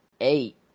eight